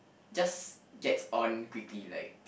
just get on quickly like